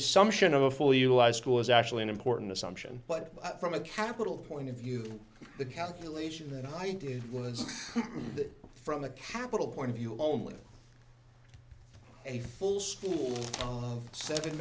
assumption of a fully utilized was actually an important assumption but from a capital point of view the calculation i was that from the capital point of view only a full school seven